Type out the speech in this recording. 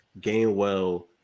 Gainwell –